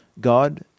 God